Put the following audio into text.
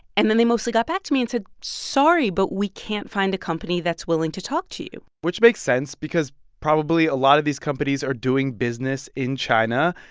and then they mostly got back to me and said, sorry, but we can't find a company that's willing to talk to you which makes sense because probably a lot of these companies are doing business in china,